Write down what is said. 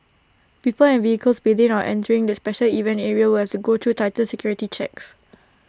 people and vehicles within or entering the special event areas will have to go through tighter security checks